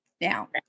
now